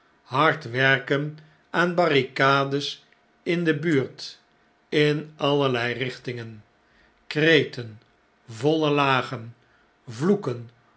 hard werken aan barricades in de buurt in allerlei richtingen kreten voile lagen vloeken